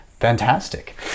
Fantastic